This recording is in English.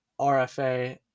rfa